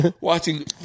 watching